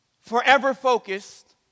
forever-focused